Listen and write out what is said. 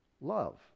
love